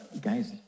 guys